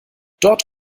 dort